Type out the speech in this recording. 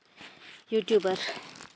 YouTuber